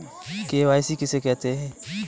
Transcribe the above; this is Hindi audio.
के.वाई.सी किसे कहते हैं?